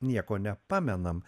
nieko nepamenam